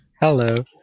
Hello